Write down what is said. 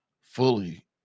fully